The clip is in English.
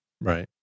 Right